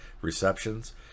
receptions